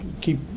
keep